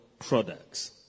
products